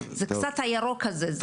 קצת הירוק הזה.